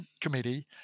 committee